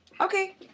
okay